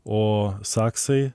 o saksai